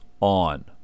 on